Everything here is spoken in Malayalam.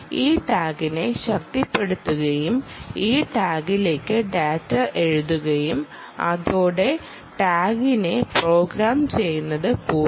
ഈ ടാഗിനെ ശക്തിപ്പെടുത്തുകയും ഈ ടാഗിലേക്ക് ഡാറ്റ എഴുതുകയും അതൊടെ ടേഗിനെ പ്രോഗ്രാം ചെയ്യുന്നത് പൂർണമായി